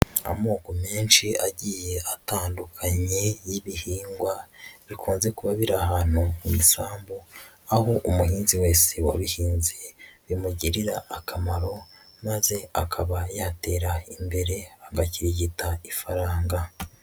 Amoko menshi agiye atandukanye y'ibihingwa bikunze kuba biri ahantu h'isambu aho umuhinzi wese wabihinze bimugirira akamaro maze akaba yatera imbere agakirigita ifaranga.